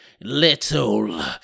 little